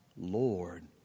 Lord